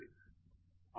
professor G